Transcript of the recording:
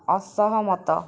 ଅସହମତ